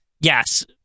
Yes